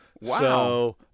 Wow